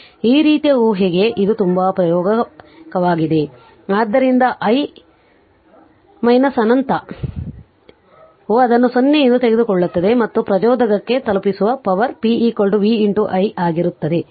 ಆದ್ದರಿಂದ ಈ ರೀತಿಯ ಊಹೆಗೆ ಇದು ತುಂಬಾ ಪ್ರಾಯೋಗಿಕವಾಗಿದೆ ಆದ್ದರಿಂದ i ಅನಂತವು ಅದನ್ನು 0 ಎಂದು ತೆಗೆದುಕೊಳ್ಳುತ್ತದೆ ಮತ್ತು ಪ್ರಚೋದಕಕ್ಕೆ ತಲುಪಿಸುವ ಪವರ್ p v I ಆಗಿರುತ್ತದೆ